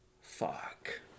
Fuck